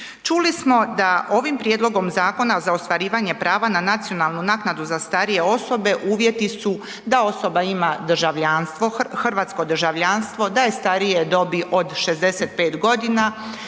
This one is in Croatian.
Čuli smo da ovim prijedlogom zakona za ostvarivanje prava na nacionalnu naknadu za starije osobe uvjeti su da osoba ima hrvatsko državljanstvo, da je starije dobi od 65 g.,